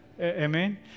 Amen